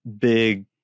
big